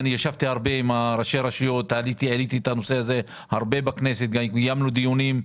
ישבתי הרבה עם ראשי הרשויות והעליתי את הנושא הזה בכנסת וקיימנו דיונים.